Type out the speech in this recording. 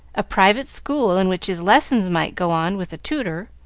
a private school in which his lessons might go on with a tutor,